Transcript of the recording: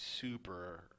super